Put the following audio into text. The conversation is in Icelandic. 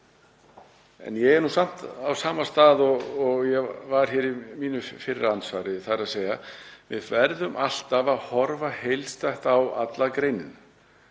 Ég er samt á sama stað og ég var hér í mínu fyrra andsvari, þ.e. að við verðum alltaf að horfa heildstætt á alla greinina,